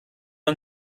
han